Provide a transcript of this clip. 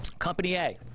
company a,